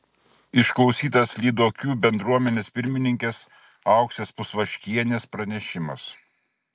išklausytas lyduokių bendruomenės pirmininkės auksės pusvaškienės pranešimas